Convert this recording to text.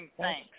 thanks